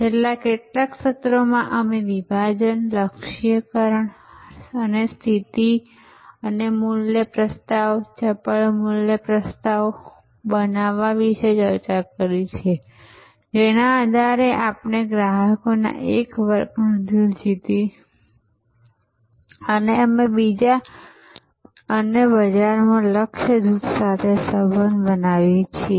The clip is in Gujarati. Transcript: છેલ્લા કેટલાક સત્રોમાં અમે વિભાજન લક્ષ્યીકરણ અને સ્થિતિ અને મૂલ્ય પ્રસ્તાવ ચપળ મૂલ્ય પ્રસ્તાવ બનાવવા વિશે ચર્ચા કરી છે જેના આધારે અમે ગ્રાહકોના એક વર્ગનું દિલ જીતી અને અમે બજારમાં લક્ષ્ય જૂથ સાથે સંબંધ બનાવીએ છીએ